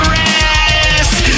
rest